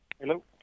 Hello